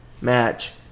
match